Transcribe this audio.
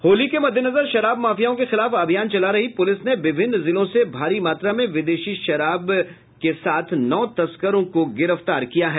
होली के मद्देनजर शराब माफियाओं के खिलाफ अभियान चला रही पुलिस ने विभिन्न जिलों से भारी मात्रा में विदेशी शराब जब्त कर नौ तस्करों को गिरफ्तार किया है